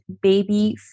baby